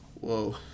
Whoa